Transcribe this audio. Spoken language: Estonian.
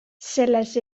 selles